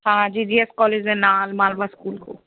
ਹਾਂ ਜੀ G S college ਦੇ ਨਾਲ ਮਾਲਵਾ ਸਕੂਲ ਕੋਲ